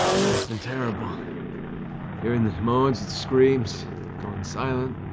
it's been terrible hearing the moans and screams going silent.